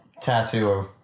tattoo